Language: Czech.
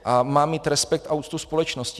A má mít respekt a úctu společnosti.